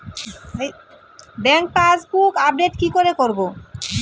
Bank passbook update কি করে করবো?